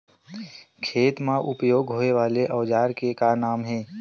खेत मा उपयोग होए वाले औजार के का नाम हे?